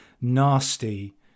nasty